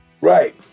Right